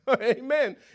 Amen